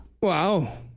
Wow